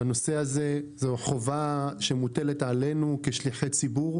בנושא הזה זוהי חובה שמוטלת עלינו כשליחי ציבור,